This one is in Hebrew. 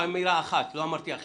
לא תמצאי אחידות.